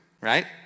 right